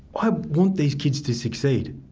i want these kids to succeed.